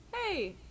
hey